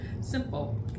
simple